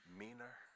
meaner